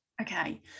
Okay